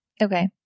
Okay